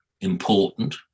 important